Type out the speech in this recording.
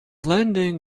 landing